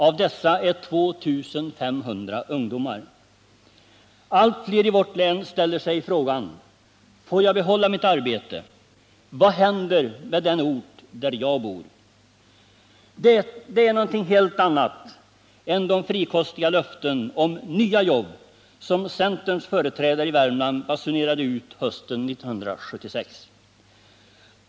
Av dessa är 2 500 ungdomar. Allt fler i vårt län ställer sig frågan: Får jag behålla mitt arbete? Vad händer med den ort där jag bor? Det är någonting helt annat än de frikostiga löften om nya jobb som centerns företrädare i Värmland basunerade ut hösten 1976.